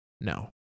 No